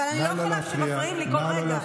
אבל אני לא יכולה כשמפריעים לי כל רגע.